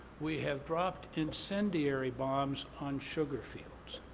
we have dropped incendiary bombs on sugar fields,